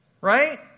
Right